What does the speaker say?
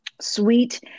sweet